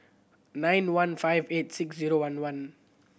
nine one five eight six zero one one